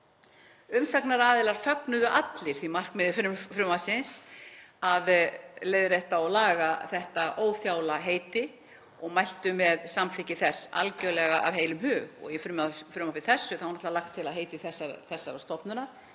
Umsagnaraðilar fögnuðu allir því markmiði frumvarpsins að leiðrétta og laga þetta óþjála heiti og mæltu með samþykki þess algerlega af heilum hug. Í frumvarpi þessu er lagt til að heiti þessarar stofnunar,